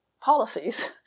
policies